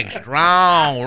strong